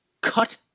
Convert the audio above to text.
cut